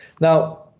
Now